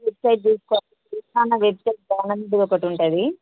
website చూసుకోవాలి Telangana website తెలంగాణది ఒకటి ఉంటుంది